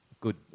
good